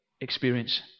experience